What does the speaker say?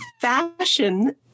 Fashion